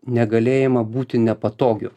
negalėjimo būti nepatogiu